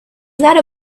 that